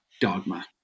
dogma